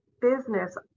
business